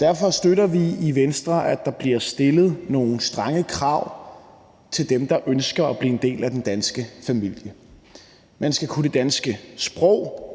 derfor støtter vi i Venstre, at der bliver stillet nogle strenge krav til dem, der ønsker at blive en del af den danske familie. Man skal kunne det danske sprog,